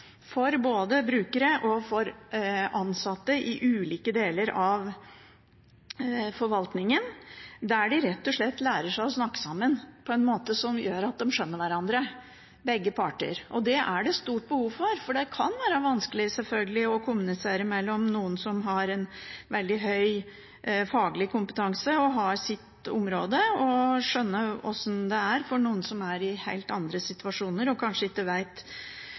både for brukere og for ansatte i ulike deler av forvaltningen, der de rett og slett lærer seg å snakke sammen på en måte som gjør at begge parter skjønner hverandre. Det er det stort behov for, for det kan selvfølgelig være vanskelig å kommunisere med noen som har en veldig høy faglig kompetanse på sitt område, og skjønne hvordan det er for en som er i en helt annen situasjon, som kanskje ikke